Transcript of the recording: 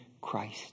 Christ